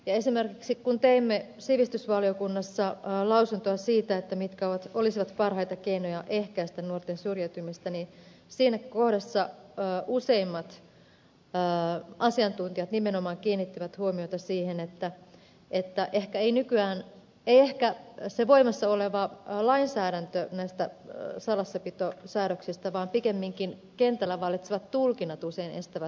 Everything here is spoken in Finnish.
esimerkiksi kun teimme sivistysvaliokunnassa lausuntoa siitä mitkä olisivat parhaita keinoja ehkäistä nuorten syrjäytymistä niin siinä kohdassa useimmat asiantuntijat nimenomaan kiinnittivät huomiota siihen että ehkä ei niinkään se voimassa oleva lainsäädäntö näistä salassapitosäädöksistä estä tiedon välittymistä viranomaiselta tai ammattilaiselta toiselle vaan pikemminkin kentällä vallitsevat tulkinnat usein estävä